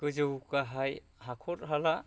गोजौ गाहाय हाखर हाला